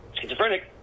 schizophrenic